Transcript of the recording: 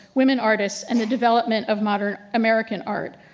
women artists, and the development of modern american art.